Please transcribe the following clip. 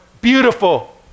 beautiful